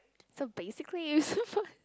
so basically you so fun